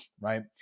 Right